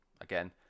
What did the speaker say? again